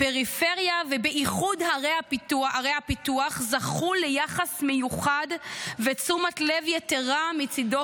הפריפריה ובייחוד ערי הפיתוח זכו ליחס מיוחד ולתשומת לב יתרה מצידו,